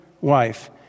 wife